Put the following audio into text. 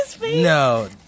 No